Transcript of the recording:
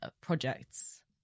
projects